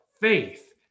faith